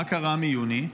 מה קרה מיוני?